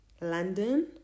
London